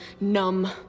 numb